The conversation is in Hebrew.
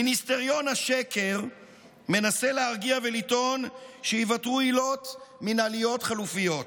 מיניסטריון השקר מנסה להרגיע ולטעון שייוותרו עילות מינהליות חלופיות: